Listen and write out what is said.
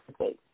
Okay